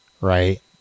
right